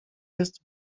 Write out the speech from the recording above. jest